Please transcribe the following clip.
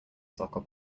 soccer